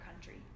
country